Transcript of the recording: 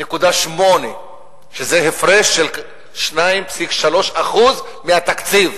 0.8%+, שזה הפרש של 2.3% מהתקציב,